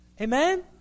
Amen